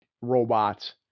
robots